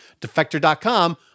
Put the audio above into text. Defector.com